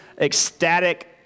ecstatic